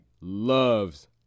loves